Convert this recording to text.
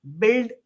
build